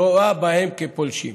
ורואה בהם כפולשים?